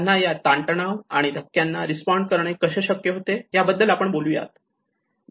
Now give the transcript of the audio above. त्यांना या ताण तणाव आणि धक्क्यांना रिस्पोंड करणे कसे शक्य होते याबद्दल आपण बोलूयात